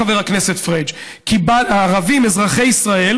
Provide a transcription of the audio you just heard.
חבר הכנסת פריג' הערבים אזרחי ישראל